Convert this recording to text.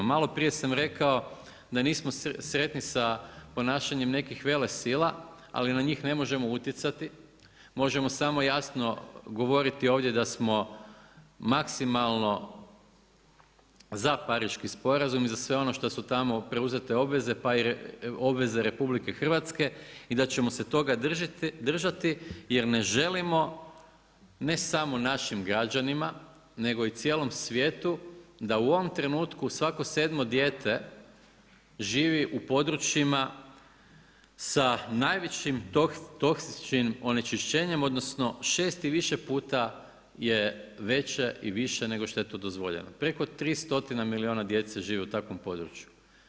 Maloprije sam rekao da nismo sretni sa ponašanjem nekih velesila ali na njih ne možemo utjecati, možemo samo jasno govoriti ovdje da smo maksimalno za Pariški sporazum i za sve ono što su tamo preuzete obveze pa i obveze RH i da ćemo se toga držati jer ne želimo, ne samo našim građanima nego i cijelom svijetu da u ovom trenutku svako 7 dijete, živi u područjima sa najvišim toksičnim onečišćenjem, odnosno 6 i više puta je veća i viša nego što je to dozvoljeno, preko 3 stotina milijuna djece živi u takvom području.